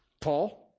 Paul